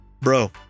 bro